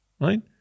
right